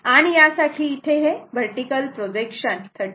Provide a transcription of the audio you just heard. आणि यासाठी इथे हे वर्टिकल प्रोजेक्शन 39